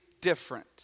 different